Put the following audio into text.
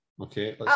Okay